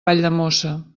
valldemossa